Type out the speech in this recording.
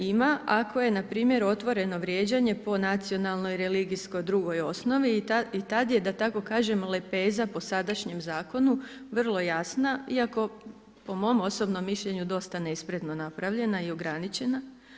Ima ako je na primjer otvoreno vrijeđanje po nacionalnoj, religijskoj, drugoj osnovi i tad je da tako kažem lepeza po sadašnjem zakonu vrlo jasna iako po mom osobnom mišljenju dosta nespretno napravljena i ograničena.